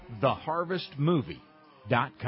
theharvestmovie.com